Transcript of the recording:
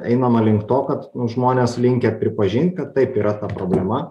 einama link to kad žmonės linkę pripažint kad taip yra ta problema